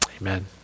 amen